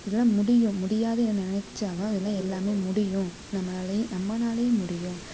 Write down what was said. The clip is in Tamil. இதலாம் முடியும் முடியாது என நெனைச்சாலும் அதுலாம் எல்லாமே முடியும் நம்மளாலேயும் நம்மளாலயும் முடியும்